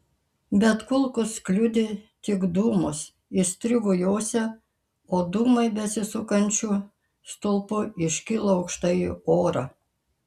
bet kulkos kliudė tik dūmus įstrigo juose o dūmai besisukančiu stulpu iškilo aukštai į orą